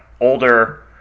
older